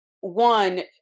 one